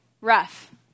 Rough